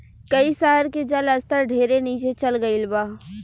कई शहर के जल स्तर ढेरे नीचे चल गईल बा